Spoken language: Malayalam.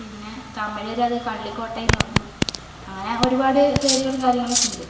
പിന്നെ തമിഴരത് കള്ളിക്കോട്ടൈ എന്ന് പറഞ്ഞു അങ്ങനെ ഒരുപാട് പേരുകളും കാര്യങ്ങളുമൊക്കെ ഉണ്ട്